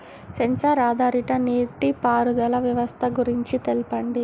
Censor ఆధారిత నీటిపారుదల వ్యవస్థ గురించి తెల్పండి?